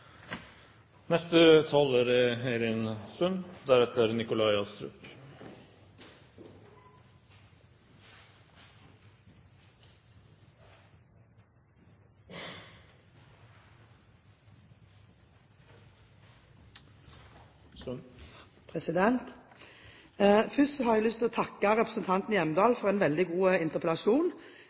Først har jeg lyst til å takke representanten Hjemdal for en veldig god interpellasjon